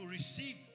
receive